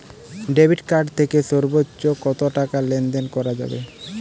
Debit card থেকে সর্বোচ্চ কত টাকা লেনদেন করা যাবে?